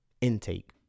intake